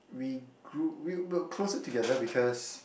we grew we we are closer together because